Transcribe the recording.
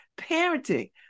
parenting